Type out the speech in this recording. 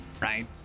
right